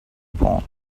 phone